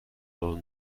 will